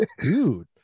dude